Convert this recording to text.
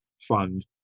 fund